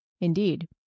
Indeed